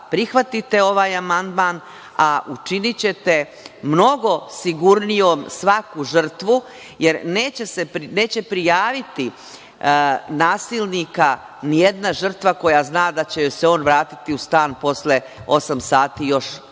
prihvatite ovaj amandman, a učinićete mnogo sigurnijom svaku žrtvu jer neće prijaviti nasilnika nijedna žrtva koja zna da će joj se on vratiti u stan posle osam sati, još se ni